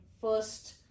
first